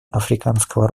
африканского